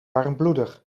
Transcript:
warmbloedig